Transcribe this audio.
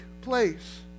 place